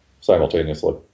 simultaneously